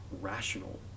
rational